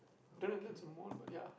don't know if that's a mole but ya